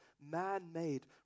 man-made